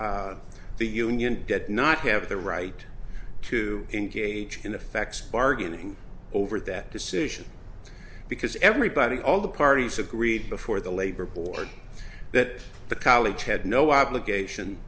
the union did not have the right to engage in effect bargaining over that decision because everybody all the parties agreed before the labor board that the college had no obligation